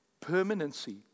permanency